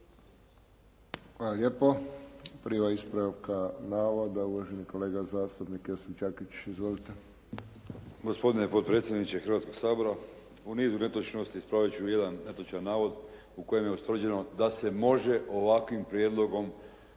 Hvala lijepo. Prva ispravka navoda, uvaženi kolega zastupnik Josip Đakić. Izvolite. **Đakić, Josip (HDZ)** Gospodine potpredsjedniče Hrvatskog sabora, u nizu netočnosti ispravit ću jedan netočan navod u kojem je ustvrđeno da se može ovakvim prijedlogom